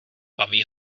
baví